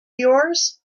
yours